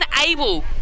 unable